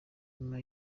nyuma